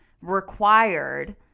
required